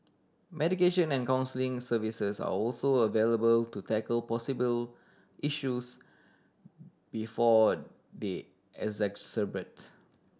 mediation and counselling services are also available to tackle possible issues before they exacerbate